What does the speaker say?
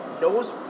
knows